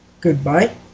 Goodbye